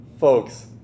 folks